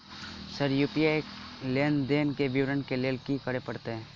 Sir UPI लेनदेन केँ विवरण केँ लेल की करऽ परतै?